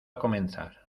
comenzar